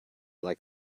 like